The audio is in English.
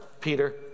Peter